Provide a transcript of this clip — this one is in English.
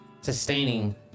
sustaining